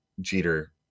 Jeter